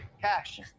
Cash